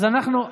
אז אנחנו,